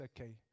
okay